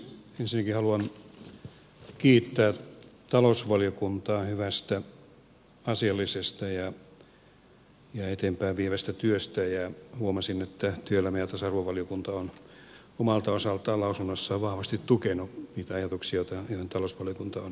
ensinnäkin haluan kiittää talousvaliokuntaa hyvästä asiallisesta ja eteenpäin vievästä työstä ja huomasin että työelämä ja tasa arvovaliokunta on omalta osaltaan lausunnossaan vahvasti tukenut niitä ajatuksia joihin talousvaliokunta on päätynyt